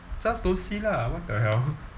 just don't see lah what the hell